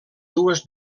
dues